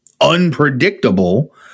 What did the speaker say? unpredictable